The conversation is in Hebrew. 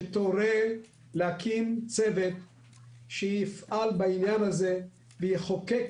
שתורה להקים צוות שיפעל בעניין הזה ויחוקק